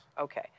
Okay